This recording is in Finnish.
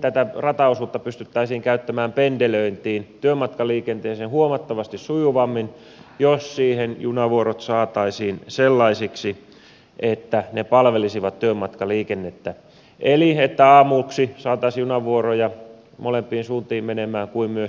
tätä rataosuutta pystyttäisiin käyttämään pendelöintiin työmatkaliikenteeseen huomattavasti sujuvammin jos siihen junavuorot saataisiin sellaisiksi että ne palvelisivat työmatkaliikennettä eli että aamuiksi saataisiin junavuoroja molempiin suuntiin menemään kuin myös sitten iltapäivällä